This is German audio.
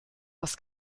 das